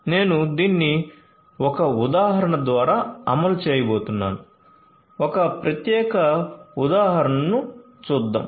నేను దీన్ని ఒక ఉదాహరణ ద్వారా అమలు చేయబోతున్నాను ఒక ప్రత్యేక ఉదాహరణను చూద్దాం